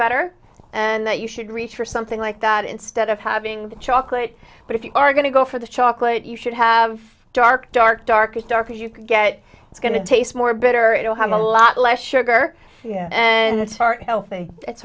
better and that you should reach for something like that instead of having the chocolate but if you are going to go for the chocolate you should have dark dark dark dark as you can get it's going to taste more better it will have a lot less sugar and it's heart health and it's